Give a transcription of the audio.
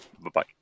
Bye-bye